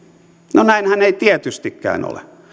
no näinhän ei tietystikään ole